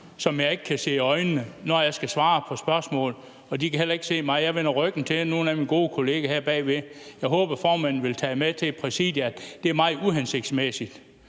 som jeg ikke kan se i øjnene, når jeg skal svare på spørgsmål, og de kan heller ikke se mig; jeg vender ryggen til nogle af mine gode kollegaer her bagved. Jeg håber, at formanden vil tage med til Præsidiet, at det er meget uhensigtsmæssigt